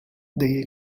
they